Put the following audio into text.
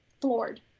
floored